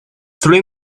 three